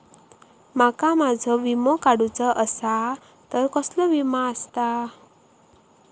माका माझो विमा काडुचो असा तर कसलो विमा आस्ता?